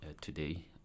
today